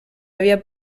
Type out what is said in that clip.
había